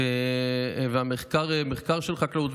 והמחקר של חקלאות.